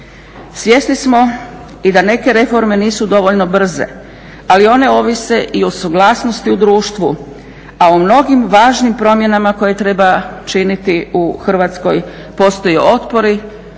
Svjesni smo i da neke reforme nisu dovoljno brze, ali one ovise i o suglasnosti u društvu a u mnogim važnim promjenama koje treba činiti u Hrvatskoj postoje otpori.